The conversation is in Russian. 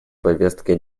повестке